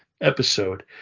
episode